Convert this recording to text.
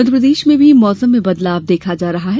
मध्य प्रदेष में भी मौसम में बदलाव देखा जा रहा है